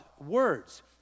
words